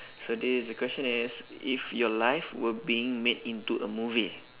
so this is the question is if your life were being made into a movie